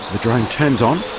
the drone turns on